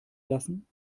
lassen